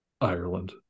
Ireland